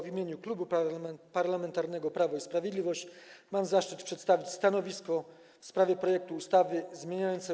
W imieniu Klubu Parlamentarnego Prawo i Sprawiedliwość mam zaszczyt przedstawić stanowisko w sprawie projektu ustawy zmieniającej